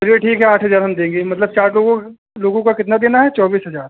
चलिए ठीक है आठ हज़ार हम देंगे मतलब चार लोगों लोगों का कितना देना है चौबीस हज़ार